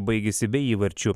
baigėsi be įvarčių